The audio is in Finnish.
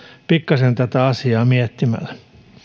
pikkasen tätä asiaa miettimällä